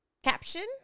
caption